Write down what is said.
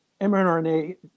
mRNA